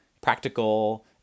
practical